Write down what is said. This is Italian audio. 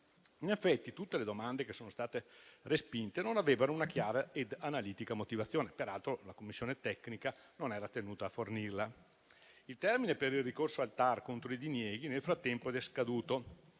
In effetti, tutte le domande che sono state respinte non avevano una chiara ed analitica motivazione; peraltro la commissione tecnica non era tenuta a fornirla. Il termine per il ricorso al TAR contro i dinieghi nel frattempo è scaduto,